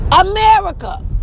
America